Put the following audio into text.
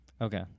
Okay